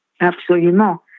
absolument